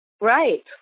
right